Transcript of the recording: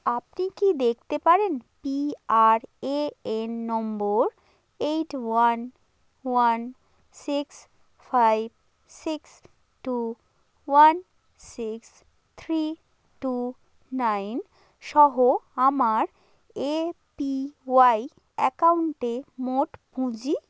আপনি কি দেখতে পারেন P R A N number eight one one six five six two one six three two nine সহ আমার এ পি ওয়াই অ্যাকাউন্টে মোট পুঁজি